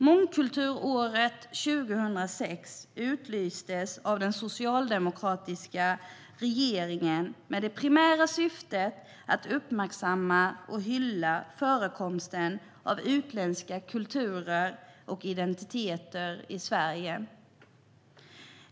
Mångkulturåret 2006 utlystes av den socialdemokratiska regeringen med det primära syftet att uppmärksamma och hylla förekomsten av utländska kulturer och identiteter i Sverige.